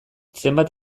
zenbat